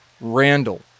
Randall